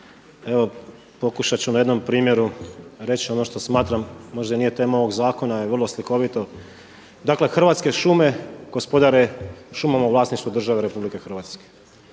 Evo pokušat ću na jednom primjeru reći ono što smatram, možda nije tema ovog zakona, ali je vrlo slikovito. Dakle Hrvatske šume gospodare šumama u vlasništvu RH. U Hrvatskim